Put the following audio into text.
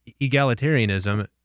egalitarianism